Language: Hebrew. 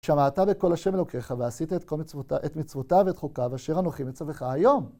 שמעת בכל השם אלוקיך ועשית את מצוותיו ואת חוקיו אשר אנוכי מצוך היום.